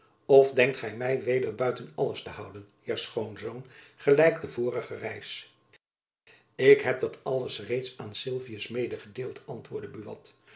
of denkt gy my weder buiten alles te houden heer schoonzoon gelijk de vorige reis ik heb dat alles reeds aan sylvius medegedeeld antwoordde buat